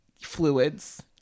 fluids